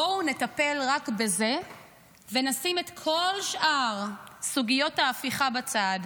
בואו נטפל רק בזה ונשים את כל שאר סוגיות ההפיכה בצד,